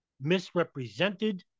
misrepresented